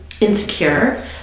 insecure